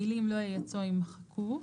המילים "לא ייצאו" יימחקו;"